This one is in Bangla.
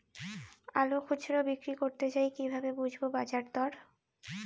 আলু খুচরো বিক্রি করতে চাই কিভাবে বুঝবো বাজার দর?